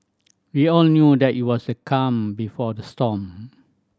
we all knew that it was the calm before the storm